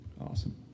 Awesome